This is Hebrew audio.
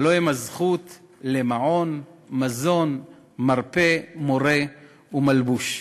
הלוא הם הזכות למעון, מזון, מרפא, מורה ומלבוש.